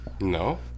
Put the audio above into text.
No